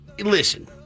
Listen